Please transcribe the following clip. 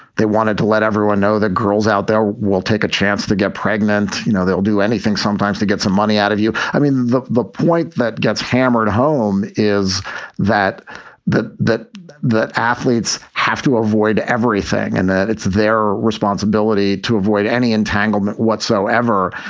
they wanted to let everyone know that girls out there will take a chance to get pregnant. you know, they'll do anything sometimes to get some money out of you. i mean, the the point that gets hammered home is that that that that athletes have to avoid everything and that it's their responsibility to avoid any entanglement whatsoever.